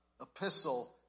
epistle